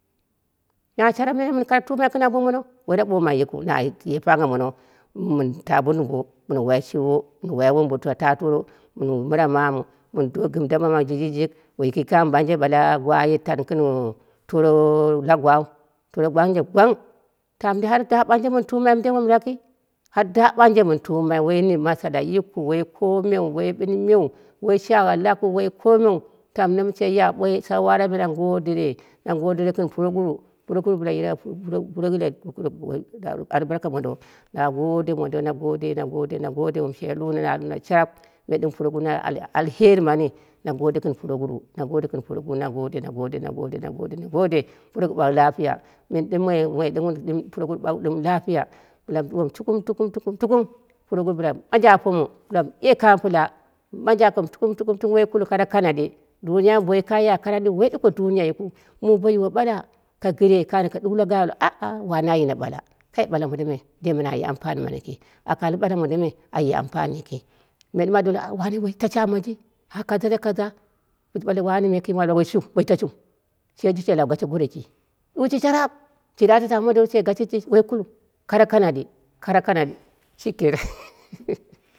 Na sharap nene mɨn koro tumai gɨn ambo mono, woi na ɓmoi yikɨu, naye pangha mono, mɨn ta bo dumbo mɨn wai shurwo mɨn wai wombo tuna tama toro mɨn mɨra mamu, mɨn dogɨn daɓa mamu jiji, jiji, jijik woi kin kamo mɨ ɓanje ɓala gwa a tani gɨn toro la gwau, toro ɓanje gwang ta mɨnde da har ɓanje mɨn tumai mɨndei wom laki, har da ɓanje mɨn tumai woi masala yikɨu woi komiu, woi minimiu woi shagha lakiu woi komiu tamno mɨ she ya woi shawara na ngodɨre, na ngodɨre gɨn puroguruwu, puruguruwu bɨla ye woi albarka mondo na ngode na ngode na ngode wom she luna na nene sharap, me ɗim puroguruwu na al alheri mani, na gode gɨn puro guruwu, na ngode, na ngode, na ngode na ngode puroguruwu ɓak lapiya, mɨn ɗɨm moi woi ɗɨm puroguruwu ɓak ɗɨm lapiya bɨla mɨ ɗuwomu tukum tukum, tukum, puroguruwu bɨlamu manje apomu, bɨlamu ye komo pɨla, manje apomu tukum, tukum, tukum woi kuliu koro kanadi, duniyai me boi woi kaiya kanaɗi, duniyai me boi woi kaiya kanadiu woi ɗiko duni ya yikɨu, muu boyiwo ɓala ka gire ka anoko ɗuk la gaɓi ka ɓale a a wane aljino ɓala, ɓala mongome den be naye ampani yiki, aka al ɓala man me aye ampani yiki, me ɗɨm a doni ai tashi amonji a kaza da kaja boshi ɓale wone yimai kimiu bosai ɓale woshil boshi tashiu shiyi she lab goshe goreji ɗukshi sharap, shire ato ta bo mondou, she gashe shiji woi kuliu kara kanadi kara kana ɗi